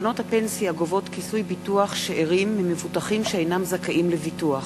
קרנות הפנסיה גובות כיסוי ביטוח שאירים ממבוטחים שאינם זכאים לביטוח,